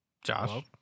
Josh